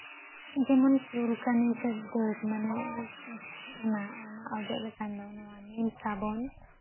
ᱡᱮᱢᱚᱱ ᱪᱩᱞᱟᱱᱤ ᱥᱮ ᱫᱟᱹᱫ ᱢᱟᱱᱮ ᱚᱱᱟ ᱚᱱᱟ ᱚᱡᱚᱜ ᱞᱮᱠᱷᱟᱱ ᱫᱚ ᱱᱚᱣᱟ ᱱᱤᱢ ᱥᱟᱵᱚᱱ